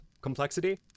complexity